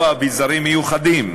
או אביזרים מיוחדים,